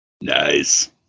Nice